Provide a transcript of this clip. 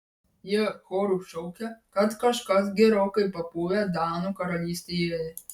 jie choru šaukia kad kažkas gerokai papuvę danų karalystėje